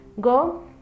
Go